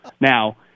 now